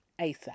ASAP